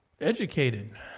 educated